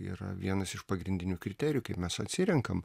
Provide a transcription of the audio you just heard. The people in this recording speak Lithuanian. yra vienas iš pagrindinių kriterijų kaip mes atsirenkam